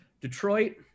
Detroit